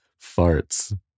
farts